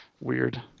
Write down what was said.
weird